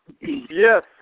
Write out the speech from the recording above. Yes